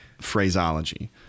phraseology